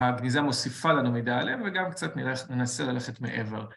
הבגיזה מוסיפה לנו מידע עליהם וגם קצת ננסה ללכת מעבר.